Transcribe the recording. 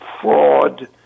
fraud